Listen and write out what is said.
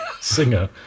singer